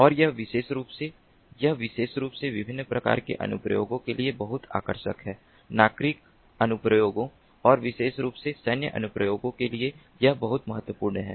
और यह विशेष रूप से यह विशेष रूप से विभिन्न प्रकार के अनुप्रयोगों के लिए बहुत अधिक आकर्षक है नागरिक अनुप्रयोगों और विशेष रूप से सैन्य अनुप्रयोगों के लिए यह बहुत महत्वपूर्ण है